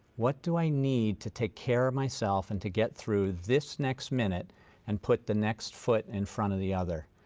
what do i need to take care of myself and to get through this next minute and put the next foot in front of the other?